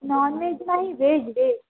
non veg नाही veg veg